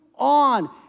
On